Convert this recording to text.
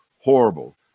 horrible